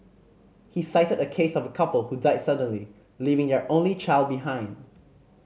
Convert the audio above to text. he cited a case of a couple who died suddenly leaving their only child behind